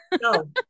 No